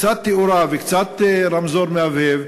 קצת תאורה וקצת רמזור מהבהב,